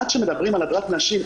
עד שמדברים על הדרת נשים,